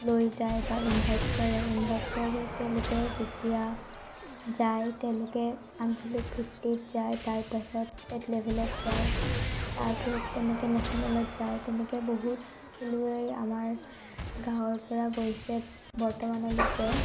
লৈ যায় বা ইনভাইট কৰে ইনভাইট কৰা পাছত তেওঁলোকে যেতিয়া যায় তেওঁলোকে আঞ্চলিক ভিত্তিত যায় তাৰপাছত ষ্টেট লেভেলত যায় তাৰপাছত তেনেকৈ নেশ্যেনেলত যায় তেনেকৈ বহুত খেলুৱৈ আমাৰ গাঁৱৰ পৰা গৈছে বৰ্তমানলৈকে